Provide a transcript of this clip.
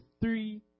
three